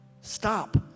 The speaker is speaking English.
stop